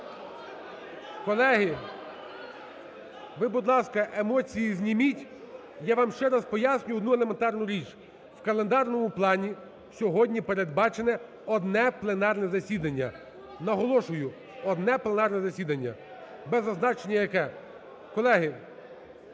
Колеги, ви, будь ласка, емоції зніміть. Я вам ще раз пояснюю одну елементарну річ: в календарному плані сьогодні передбачене одне пленарне засідання. Наголошую, одне пленарне засідання, без зазначення яке. Колеги!